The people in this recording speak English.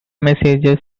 messages